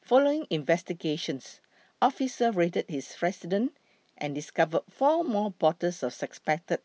following investigations officers raided his residence and discovered four more bottles of suspected